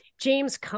James